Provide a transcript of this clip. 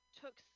took